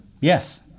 yes